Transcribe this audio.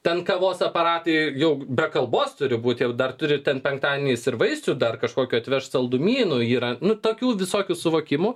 ten kavos aparatai jau be kalbos turi būt jau dar turi ten penktadieniais ir vaistų dar kažkokių atveš saldumynų yra nu tokių visokių suvokimų